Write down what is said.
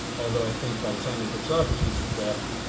although i think by the time they put socrates to death,